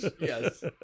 Yes